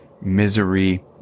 misery